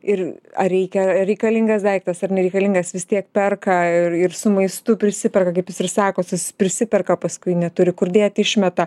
ir ar reikia reikalingas daiktas ar nereikalingas vis tiek perka ir ir su maistu prisiperka kaip jūs ir sakot prisiperka paskui neturi kur dėti išmeta